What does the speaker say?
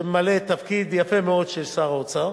שממלא יפה מאוד תפקיד של שר האוצר,